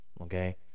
okay